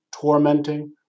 tormenting